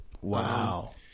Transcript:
Wow